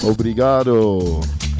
Obrigado